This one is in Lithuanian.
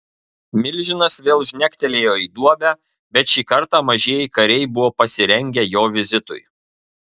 milžinas vėl žnektelėjo į duobę bet šį kartą mažieji kariai buvo pasirengę jo vizitui